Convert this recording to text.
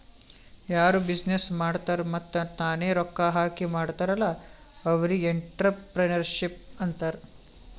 ಯಾರು ಬಿಸಿನ್ನೆಸ್ ಮಾಡ್ತಾರ್ ಮತ್ತ ತಾನೇ ರೊಕ್ಕಾ ಹಾಕಿ ಮಾಡ್ತಾರ್ ಅಲ್ಲಾ ಅವ್ರಿಗ್ ಎಂಟ್ರರ್ಪ್ರಿನರ್ಶಿಪ್ ಅಂತಾರ್